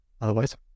Otherwise